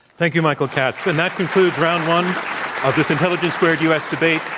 thank you, michael katz. and that concludes round one of this intelligence squared u. s. debate,